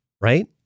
right